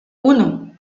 uno